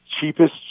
cheapest